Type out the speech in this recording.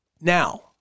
Now